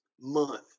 month